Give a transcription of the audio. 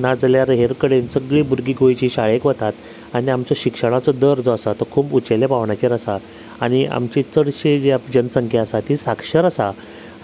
नाजाल्यार हेर कडेन सगळीं भुरगीं गोंयची शाळेक वतात आनी आमचें शिक्षणाचो दर जो आसा तो खूब उचेल्या पांवड्याचेर आसा आनी आमची चडशीं जें जन संख्या आसा तीं शाक्षांत आसा